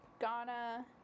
Ghana